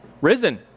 risen